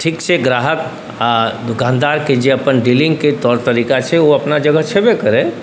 ठीक छै ग्राहक आओर दोकानदारके जे अपन डीलिङ्गके तौर तरीका छै ओ अपना जगह छेबे करै